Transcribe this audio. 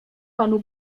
panu